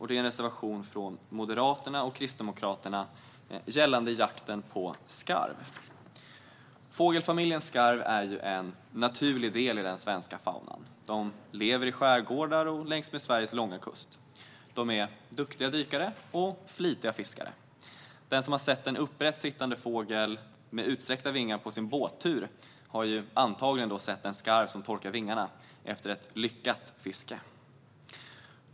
Det är en reservation från Moderaterna och Kristdemokraterna gällande jakten på skarv. Fågelfamiljen skarv är en naturlig del av den svenska faunan. Den lever i skärgårdar och längs med Sveriges långa kust. Skarvarna är duktiga dykare och flitiga fiskare. Den som på sin båttur har sett en upprätt sittande fågel med utsträckta vingar har antagligen sett en skarv som torkar vingarna efter ett lyckat fiske.